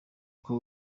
uko